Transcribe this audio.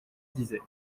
disait